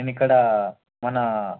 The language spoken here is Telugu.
నేను ఇక్కడ మన